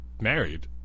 Married